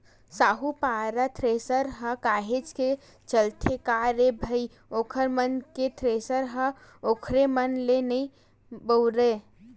साहूपारा थेरेसर ह काहेच के चलथे का रे भई ओखर मन के थेरेसर ह ओखरे मन ले नइ उबरय